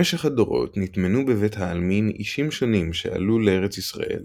במשך הדורות נטמנו בבית העלמין אישים שונים שעלו לארץ ישראל